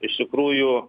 iš tikrųjų